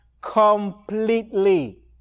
completely